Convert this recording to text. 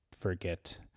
forget